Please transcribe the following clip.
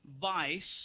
vice